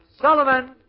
Sullivan